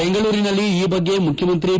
ಬೆಂಗಳೂರಿನಲ್ಲಿ ಈ ಬಗ್ಗೆ ಮುಖ್ಯಮಂತ್ರಿ ಬಿ